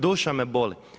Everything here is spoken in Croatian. Duša me boli.